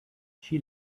she